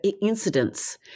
Incidents